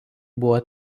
buvo